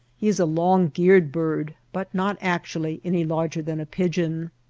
he is a long-geared bird, but not actually any larger than a pigeon.